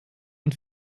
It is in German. und